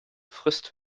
frisst